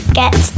get